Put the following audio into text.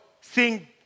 sing